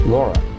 Laura